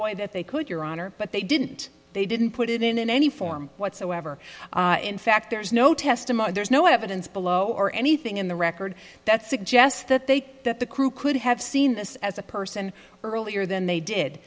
way that they could your honor but they didn't they didn't put it in any form whatsoever in fact there's no testimony there's no evidence below or anything in the record that suggests that they that the crew could have seen this as a person earlier than they did